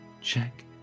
Check